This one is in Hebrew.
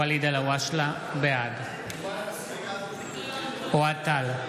אלהואשלה, בעד אוהד טל,